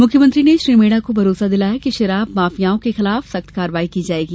मुख्यमंत्री ने श्री मेड़ा को भारोसा दिलाया है कि शराब माफिया के खिलाफ कार्यवाई की जायेगी